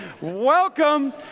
Welcome